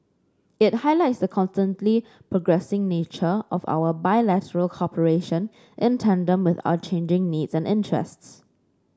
it highlights the constantly progressing nature of our bilateral cooperation in tandem with our changing needs and interests